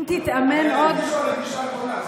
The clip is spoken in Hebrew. תתאמן עוד, אני על הכביש או הכבישה הנכונה?